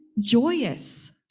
joyous